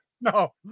no